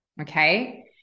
Okay